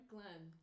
Glenn